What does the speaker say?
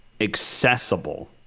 accessible